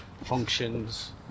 functions